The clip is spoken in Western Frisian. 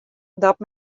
dat